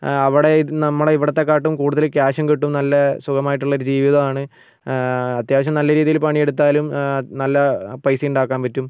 അവിടെ നമ്മുടെ ഇവിടത്തെ കാട്ടും കൂടുതൽ ക്യാഷും കിട്ടും നല്ല സുഗമായിട്ടുള്ളൊരു ജീവിതം ആണ് അത്യാവശ്യം നല്ല രീതിയിൽ പണി എടുത്താലും നല്ല പൈസ ഉണ്ടാക്കാൻ പറ്റും